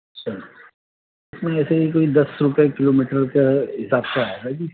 اچھا ویسے ہی کوئی دس روپے کلو میٹر کا حساب سے آیا ہے جی